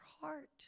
heart